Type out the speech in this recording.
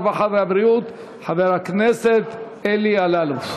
הרווחה והבריאות חבר הכנסת אלי אלאלוף.